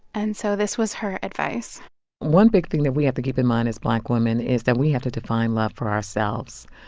and so this was her advice one big thing that we have to keep in mind as black women is that we have to define love for ourselves.